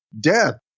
Death